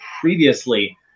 previously